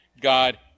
God